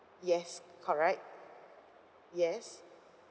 yes correct yes